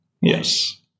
Yes